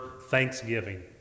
thanksgiving